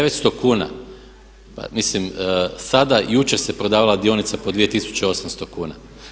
900 kuna, pa mislim sada, jučer se prodavala dionica po 2800 kuna.